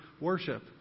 worship